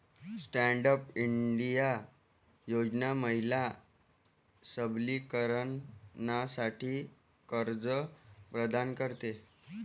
stand up India योजना महिला सबलीकरणासाठी कर्ज प्रदान करते